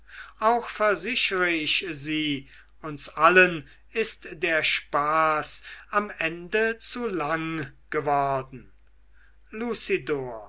auch versichere ich sie uns allen ist der spaß am ende zu lang geworden